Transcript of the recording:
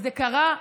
זה קרה,